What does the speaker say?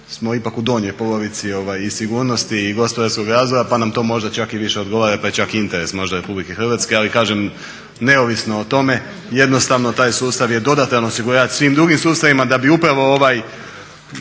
smo ipak u donjoj polovici i sigurnosti i gospodarskog razvoja pa nam to možda čak i više odgovara pa je čak i interes možda Republike Hrvatske, ali kažem neovisno o tome jednostavno taj sustav je dodatan osigurač svim drugim sustavima da bi upravo ovaj